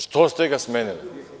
Što ste ga smenili?